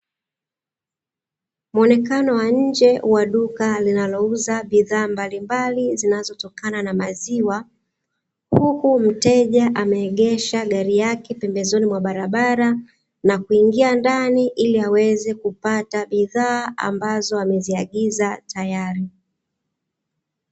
Muonekano wa nje wa duka linalouza bidhaa mbalimbali zinazotokana na maziwa, huku mteja ameegesha gari yake pembezoni mwa barabara na kuingia ndani ili aweze kupata bidhaa ambazo ameziagiza tayari.